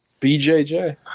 BJJ